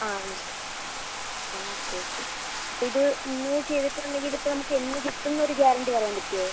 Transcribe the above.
ആ വിളിക്കാം ആ ഓക്കെ ഓക്കെ അപ്പോൾ ഇത് ഇന്ന് ചെയ്തിട്ട് ഉണ്ടെങ്കിൽ ഇത് ഇപ്പോൾ നമുക്ക് എന്ന് കിട്ടുമെന്ന് ഒരു ഗ്യാരണ്ടി പറയാൻ പറ്റുമൊ